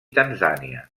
tanzània